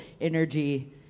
energy